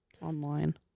online